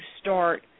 start